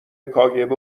کاگب